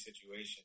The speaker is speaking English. situation